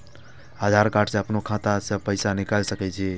आधार कार्ड से अपनो खाता से पैसा निकाल सके छी?